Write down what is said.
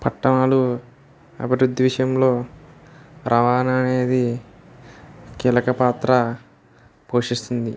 పట్టణాలు అభివృద్ధి విషయంలో రవాణా అనేది కీలకపాత్ర పోషిస్తుంది